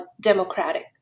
democratic